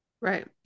right